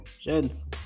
gents